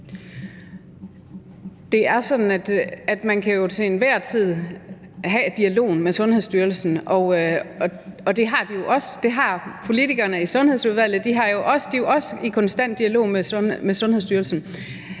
Det er sådan, at man jo til enhver tid kan have dialogen med Sundhedsstyrelsen, og det har man jo også; det har politikerne i Sundhedsudvalget. De er jo også i konstant dialog med Sundhedsstyrelsen.